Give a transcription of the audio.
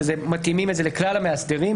ומתאימים את זה לכלל המאסדרים,